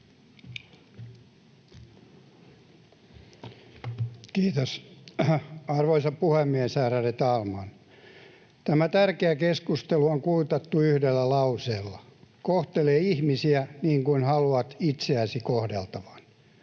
Kiitos, arvoisa puhemies, ärade talman! Tämä tärkeä keskustelu on kuitattu yhdellä lauseella: kohtele ihmisiä niin kuin haluat itseäsi kohdeltavan.